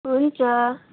हुन्छ